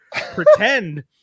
pretend